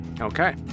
Okay